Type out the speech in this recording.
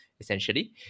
essentially